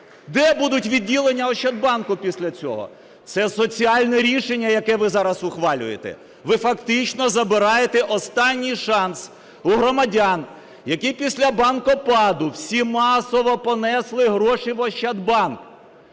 де будуть відділення Ощадбанку після цього. Це соціальне рішення, яке ви зараз ухвалюєте. Ви фактично забираєте останній шанс у громадян, які після "банкопаду" всі масово понесли гроші в Ощадбанк.